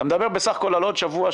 אתה מדבר בסך הכול על עוד שבוע,